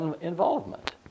involvement